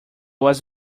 was